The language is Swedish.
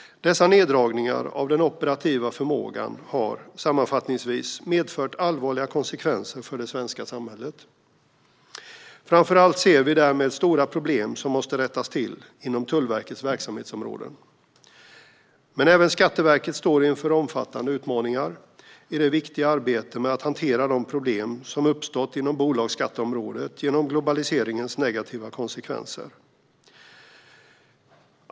Dessa neddragningar av den operativa förmågan har, sammanfattningsvis, medfört allvarliga konsekvenser för det svenska samhället. Vi ser stora problem, som måste rättas till, inom Tullverkets verksamhetsområden. Även Skatteverket står inför omfattande utmaningar i det viktiga arbetet med att hantera de problem som har uppstått inom bolagsskatteområdet genom globaliseringens negativa konsekvenser.